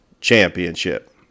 championship